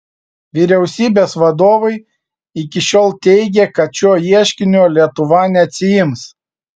vyriausybės vadovai iki šiol teigė kad šio ieškinio lietuva neatsiims